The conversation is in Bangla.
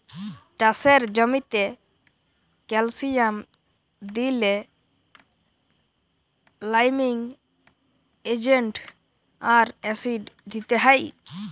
চাষের জ্যামিতে ক্যালসিয়াম দিইলে লাইমিং এজেন্ট আর অ্যাসিড দিতে হ্যয়